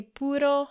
puro